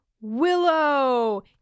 willow